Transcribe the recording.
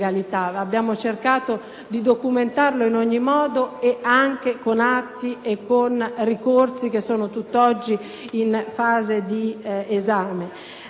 Abbiamo cercato di documentarlo in ogni modo, anche con atti e ricorsi che sono tutt'oggi in fase di esame.